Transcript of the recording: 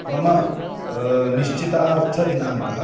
मम निश्चितार्थदिनाङ्कः